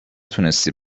تونستی